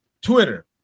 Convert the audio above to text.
Twitter